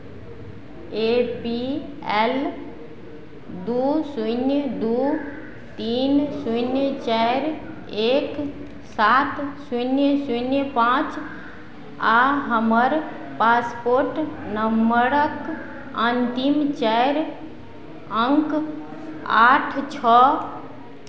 ए P L दू शून्य दू तीन शून्य चारि एक सात शून्य शून्य पाँच आ हमर पासपोर्ट नम्बरक अन्तिम चारि अङ्क आठ छओ